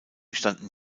standen